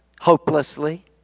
Hopelessly